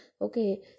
okay